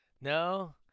no